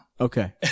Okay